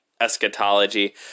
eschatology